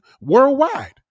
worldwide